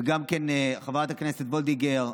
וגם חברת הכנסת וולדיגר,